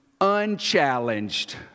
unchallenged